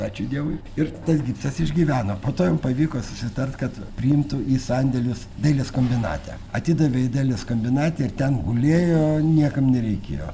ačiū dievui ir taip gipsas išgyveno po to jam pavyko susitart kad priimtų į sandėlius dailės kombinate atidavė į dailės kombinate ir ten gulėjo niekam nereikėjo